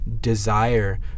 desire